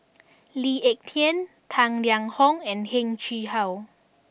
Lee Ek Tieng Tang Liang Hong and Heng Chee How